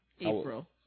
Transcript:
April